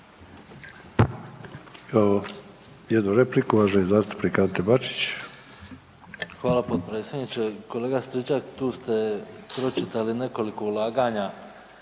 Hvala.